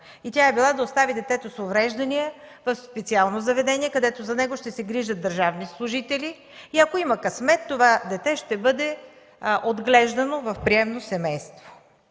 тя е била да остави детето с увреждания в специално заведение, където за него ще се грижат държавни служители, а и ако има късмет – това дете ще бъде отглеждано в приемно семейство.